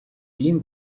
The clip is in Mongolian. ийм